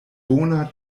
bona